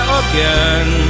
again